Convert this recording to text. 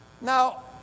Now